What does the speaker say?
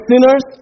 sinners